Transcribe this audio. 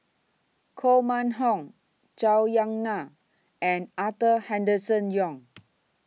Koh Mun Hong Zhou Ying NAN and Arthur Henderson Young